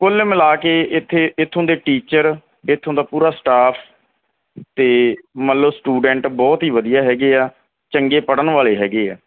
ਕੁੱਲ ਮਿਲਾ ਕੇ ਇੱਥੇ ਇੱਥੋਂ ਦੇ ਟੀਚਰ ਇੱਥੋਂ ਦਾ ਪੂਰਾ ਸਟਾਫ ਅਤੇ ਮਤਲਬ ਸਟੂਡੈਂਟ ਬਹੁਤ ਹੀ ਵਧੀਆ ਹੈਗੇ ਆ ਚੰਗੇ ਪੜ੍ਹਨ ਵਾਲੇ ਹੈਗੇ ਆ